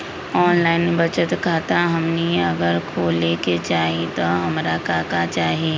Online बचत खाता हमनी अगर खोले के चाहि त हमरा का का चाहि?